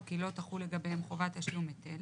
או כי לא תחול לגביהם חובת תשלום היטל.